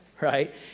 right